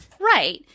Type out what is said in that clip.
right